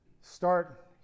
Start